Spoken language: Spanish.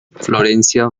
florencia